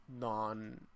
non